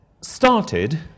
started